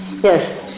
Yes